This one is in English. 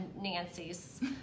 Nancy's